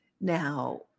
Now